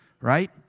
right